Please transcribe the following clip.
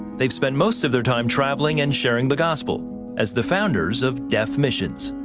they've spent most of their time traveling and sharing the gospel as the founders of deaf missions.